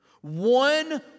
one